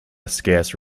scarce